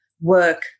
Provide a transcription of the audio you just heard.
work